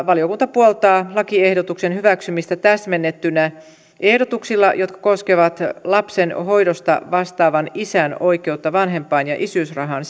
valiokunta puoltaa lakiehdotuksen hyväksymistä täsmennettynä ehdotuksilla jotka koskevat lapsen hoidosta vastaavan isän oikeutta vanhempain ja isyysrahaan